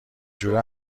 جوره